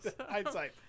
hindsight